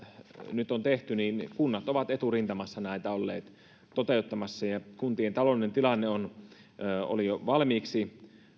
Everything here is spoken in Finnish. nyt on tehty kunnat ovat eturintamassa näitä olleet toteuttamassa kuntien taloudellinen tilanne oli jo valmiiksi